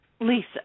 Lisa